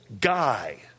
guy